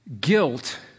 Guilt